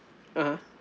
(uh huh)